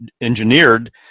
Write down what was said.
engineered